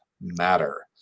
matter